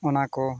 ᱚᱱᱟᱠᱚ